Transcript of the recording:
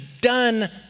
done